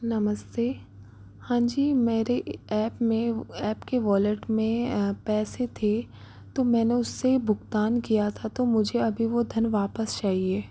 नमस्ते हाँ जी मेरी ऐप में ऐप की वॉलेट में पैसे थे तो मैंने उससे भुगतान किया था तो मुझे अभी वो धन वापस चाहिए